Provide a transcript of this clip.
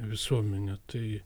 visuomenė tai